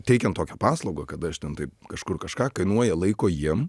teikiant tokią paslaugą kad aš ten taip kažkur kažką kainuoja laiko jiem